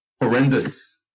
horrendous